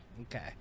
Okay